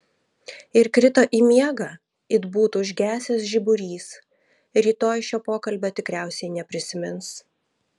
ir krito į miegą it būtų užgesęs žiburys rytoj šio pokalbio tikriausiai neprisimins